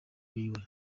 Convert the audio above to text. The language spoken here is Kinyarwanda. biwe